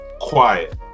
quiet